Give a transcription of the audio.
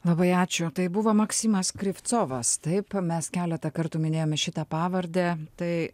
labai ačiū tai buvo maksimas krivcovas taip mes keletą kartų minėjome šitą pavardę tai